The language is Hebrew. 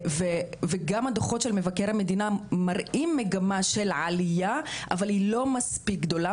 וגם הדוחות של מבקר המדינה מראים מגמה של עלייה אבל היא לא מספיק גדולה